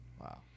Wow